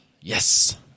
yes